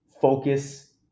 focus